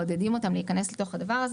מעודדים אותם להיכנס לתוך הדבר הזה.